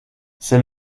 c’est